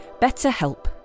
BetterHelp